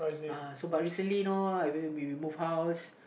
uh but recently you know we we moved house